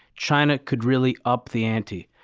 china could really up the ante.